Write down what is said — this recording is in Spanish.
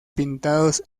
pintados